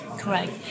Correct